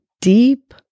deep